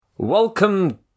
Welcome